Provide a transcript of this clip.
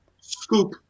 Scoop